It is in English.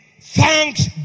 Thanks